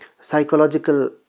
psychological